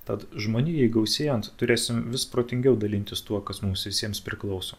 tad žmonijai gausėjant turėsim vis protingiau dalintis tuo kas mums visiems priklauso